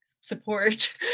support